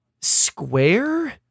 square